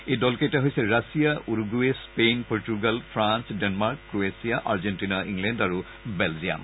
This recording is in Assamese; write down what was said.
এই দলকেইটা হ'ল ৰাছিয়া উৰুগুৰে Spain Portugal France Denmark Croatia Argentina England আৰু বেলজিয়াম